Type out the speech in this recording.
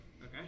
Okay